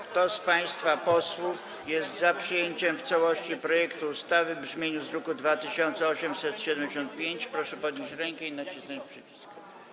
Kto z państwa posłów jest za przyjęciem w całości projektu ustawy w brzmieniu z druku nr 2875, proszę podnieść rękę i nacisnąć przycisk.